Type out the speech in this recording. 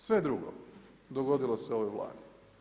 Sve drugo dogodilo se ovoj Vladi.